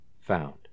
found